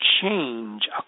change